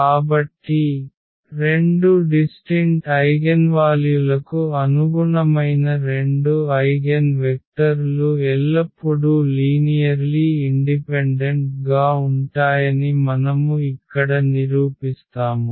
కాబట్టి రెండు డిస్టింట్ ఐగెన్వాల్యులకు అనుగుణమైన రెండు ఐగెన్ వెక్టర్ లు ఎల్లప్పుడూ లీనియర్లీ ఇండిపెండెంట్ గా ఉంటాయని మనము ఇక్కడ నిరూపిస్తాము